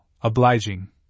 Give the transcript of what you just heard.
obliging